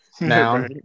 Now